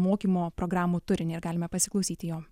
mokymo programų turinį ir galime pasiklausyti jo